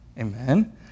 Amen